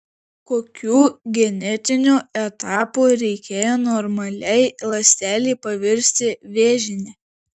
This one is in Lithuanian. kokių genetinių etapų reikėjo normaliai ląstelei pavirsti vėžine